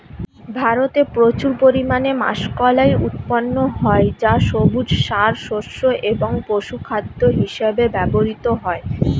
ভারতে প্রচুর পরিমাণে মাষকলাই উৎপন্ন হয় যা সবুজ সার, শস্য এবং পশুখাদ্য হিসেবে ব্যবহৃত হয়